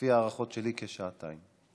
לפי ההערכות שלי, כשעתיים.